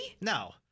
No